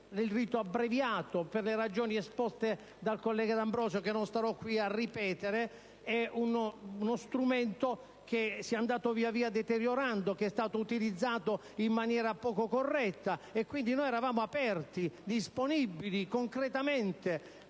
del rito abbreviato, per le ragioni esposte dal collega D'Ambrosio, che non starò qui a ripetere, è uno strumento che si è andato via via deteriorando e che è stato utilizzato in maniera poco corretta. E quindi, noi eravamo aperti, disponibili concretamente,